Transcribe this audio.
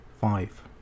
five